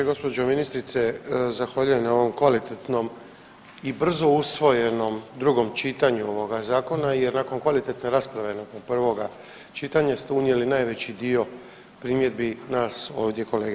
Gospođo ministrice, zahvaljujem na ovom kvalitetnom i brzo usvojenom drugom čitanju ovoga zakona jer nakon kvalitetne rasprave nakon prvoga čitanja ste unijeli najveći dio primjedbi nas ovdje kolega.